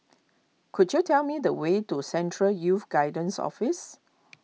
could you tell me the way to Central Youth Guidance Office